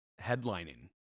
headlining